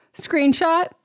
screenshot